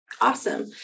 Awesome